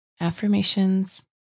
affirmations